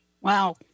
Wow